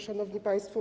Szanowni Państwo!